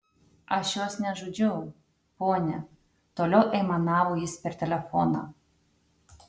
aš jos nežudžiau ponia toliau aimanavo jis per telefoną